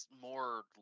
more